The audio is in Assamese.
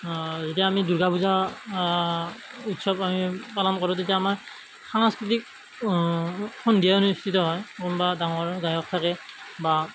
যেতিয়া আমি দুৰ্গা পূজা উৎসৱ আমি পালন কৰোঁ তেতিয়া আমাৰ সাংস্কৃতিক সন্ধিয়া অনুষ্ঠিত হয় কোনোবা ডাঙৰ গায়ক থাকে বা